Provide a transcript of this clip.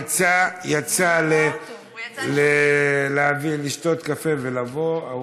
יצא לשתות קפה ויבוא.